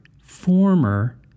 former